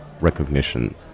recognition